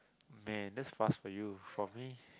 man that's fast for you for me